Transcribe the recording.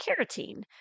carotene